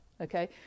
okay